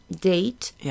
date